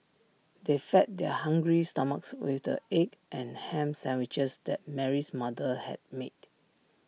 they fed their hungry stomachs with the egg and Ham Sandwiches that Mary's mother had made